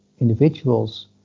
individuals